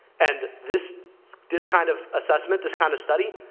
and this this kind of assessment, this kind of study,